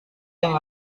yang